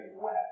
wet